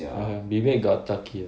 ya ming hui got turkey eh